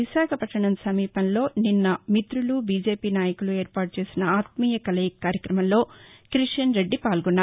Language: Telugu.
విశాఖపట్లణం సమీపంలో నిన్న మిత్రులు బీజేపీ నాయకులు ఏర్పాటు చేసిన ఆత్మీయ కలయిక కార్యక్రమంలో కిషన్రెడ్డి పాల్గొన్నారు